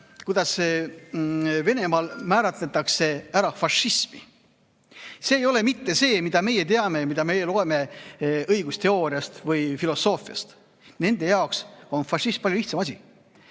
kuidas Venemaal määratletakse fašismi. See ei ole mitte see, mida meie teame ja mida me loeme õigusteooriast või filosoofiast. Nende jaoks on fašism palju lihtsam asi.